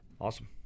awesome